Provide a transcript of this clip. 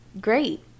great